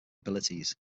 abilities